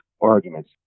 arguments